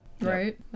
right